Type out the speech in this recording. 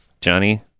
Johnny